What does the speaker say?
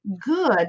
good